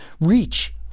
reach